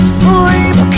sleep